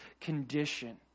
condition